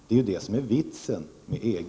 Det är det som är vitsen med EG.